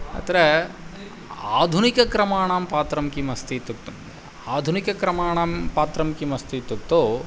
अत्र आधुनिकक्रमाणां पात्रं किमस्ति इत्युक्तम् आधुनिकक्रमाणां पात्रं किम् अस्ति इत्युक्तौ